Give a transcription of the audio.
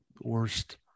Worst